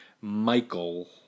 Michael